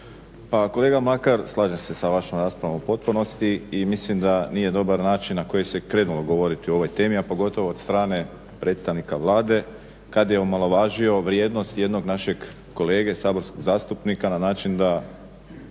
Pa kolega Mlakar, slažem se sa vašom raspravom u potpunosti i mislim da nije dobar način na koji se krenulo govoriti o ovoj temi, a pogotovo od strane predstavnika Vlade kad je omalovažio vrijednost jednog našeg kolege, saborskog zastupnika na način da